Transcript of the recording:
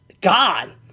God